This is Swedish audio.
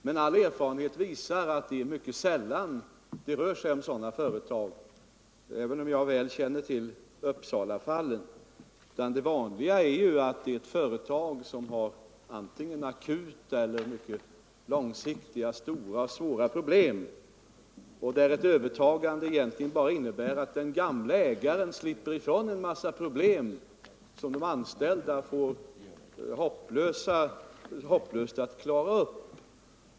Men all erfarenhet visar att det mycket sällan rör sig om sådana företag — även om jag väl känner till Uppsalafallen — utan det är vanligen företag som har akuta eller mycket långsiktiga, stora och svåra problem, där ett övertagande egentligen bara innebär att den gamle ägaren slipper ifrån en mängd problem som det för de anställda blir hopplöst att klara upp.